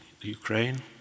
Ukraine